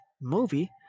movie